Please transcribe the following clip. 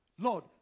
Lord